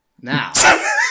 Now